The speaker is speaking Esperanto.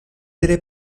tre